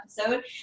episode